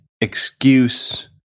excuse